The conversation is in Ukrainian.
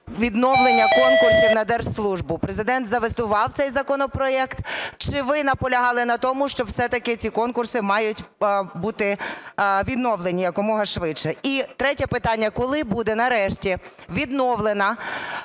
відновлення конкурсів на держслужбу? Президент заветував цей законопроект чи ви наполягали на тому, що все-таки ці конкурси мають бути відновлені якомога швидше? І третє питання. Коли буде нарешті відновлена